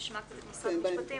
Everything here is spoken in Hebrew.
נשמע קצת ממשרד המשפטים,